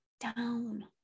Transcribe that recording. down